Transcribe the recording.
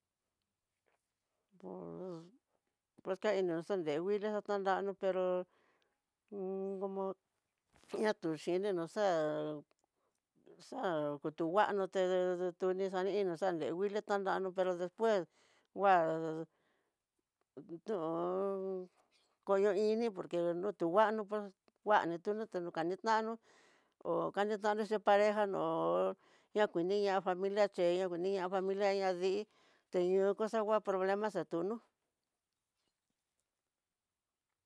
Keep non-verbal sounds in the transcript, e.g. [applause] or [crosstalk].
Pus ke iño xondenguilia xatanranro, pero [hesitation] como ihá tuxhininró xa xakutunguano, te detetuni xani ininró xane nguili tanraró, pero después kuan tión koño ini por que detunguano, kuani tunru ta nokani tanró, ho kanitanró xhin pareja no ho nakuniña familia che nakuniña familia ña dii teñoo koxangua problema xatunó.